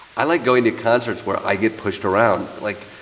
i like going to concerts where i get pushed around. like,